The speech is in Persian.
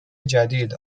جدید